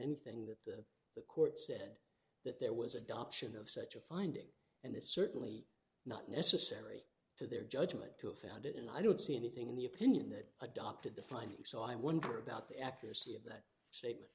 anything that the the court said that there was adoption of such a finding and it's certainly not necessary to their judgment to have found it and i don't see anything in the opinion that adopted the findings so i wonder about the accuracy